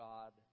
God